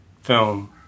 film